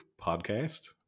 podcast